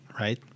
right